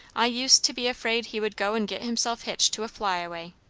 i used to be afraid he would go and get himself hitched to a fly-away.